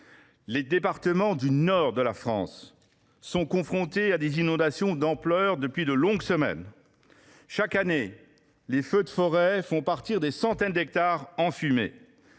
Les départements du nord de la France sont confrontés à des inondations d’ampleur depuis de longues semaines. Chaque année, les feux de forêt font partir des centaines d’hectares en fumée.